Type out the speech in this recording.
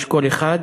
יש קול אחד,